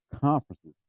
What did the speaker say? conferences